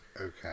Okay